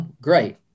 great